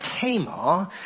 Tamar